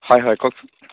হয় হয় কওকচোন